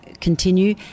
continue